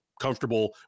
comfortable